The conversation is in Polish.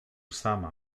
sama